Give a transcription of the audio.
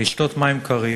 לשתות מים קרים